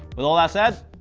with all that said,